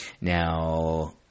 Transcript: Now